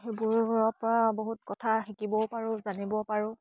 সেইবোৰৰ পৰা বহুত কথা শিকিবও পাৰোঁ জানিব পাৰোঁ